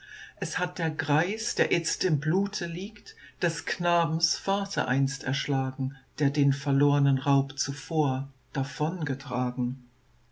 es hat der greis der itzt im blute liegt des knabens vater einst erschlagen der den verlornen raub zuvor davongetragen